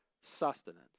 sustenance